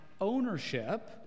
ownership